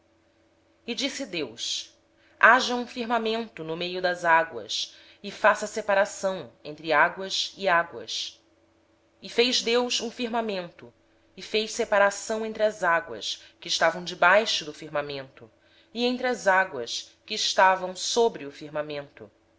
e disse deus haja um firmamento no meio das águas e haja separação entre águas e águas fez pois deus o firmamento e separou as águas que estavam debaixo do firmamento das que estavam por cima do firmamento